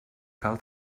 cal